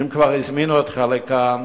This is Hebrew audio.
אם כבר הזמינו אותך לכאן,